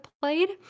played